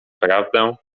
prawdę